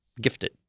gifted